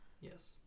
yes